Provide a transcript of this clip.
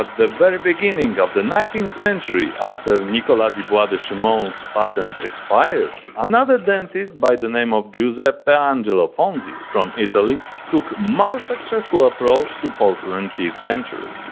ah the very beginning of the nineteenth century, after nicholas dubois de chemant's patent expired, another dentist by the name of giuseppangelo fonzi from italy took more successful approach to porcelain teeth dentures,